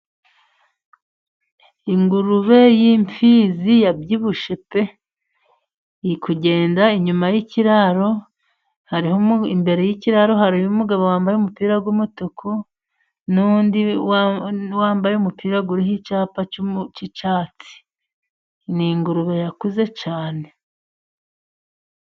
Ingurube y'imfizi yabyibushye pe! Iri kugenda inyuma y'ikiraro hariho imbere y'ikiraro hari umugabo wambaye umupira w'umutuku n'undi wambaye umupira uriho icyapa cy'icyatsi. Ni ingurube yakuze cyane.